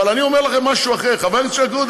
אבל הוא מדבר על חברי הכנסת של הליכוד?